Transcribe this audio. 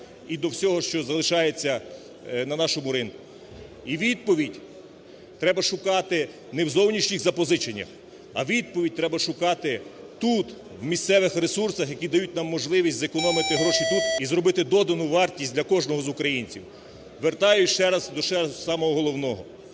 і до всього, що залишається на нашому ринку. І відповідь треба шукати не зовнішніх запозиченнях, а відповідь треба шукати тут, в місцевих ресурсах, які дають нам можливість зекономити гроші тут і зробити додану вартість для кожного з українців. Вертаюся ще раз до самого головного.